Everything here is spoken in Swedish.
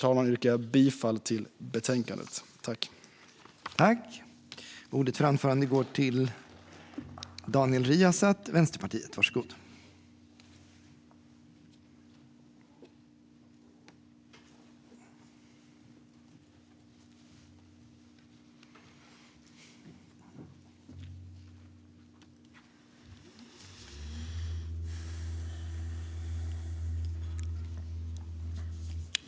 Med det yrkar jag bifall till utskottets förslag i betänkandet.